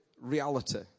reality